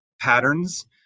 patterns